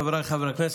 חבריי חברי הכנסת,